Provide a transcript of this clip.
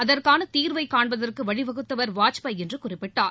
அதற்கான தீர்வைகாண்பதற்கு வழிவசூத்தவர் வாஜ்பாய் என்று குறிப்பிட்டார்